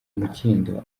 umukindo